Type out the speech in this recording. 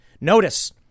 Notice